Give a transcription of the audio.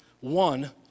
one